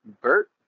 Bert